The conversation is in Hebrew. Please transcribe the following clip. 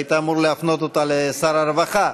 היית אמור להפנות אותה לשר הרווחה.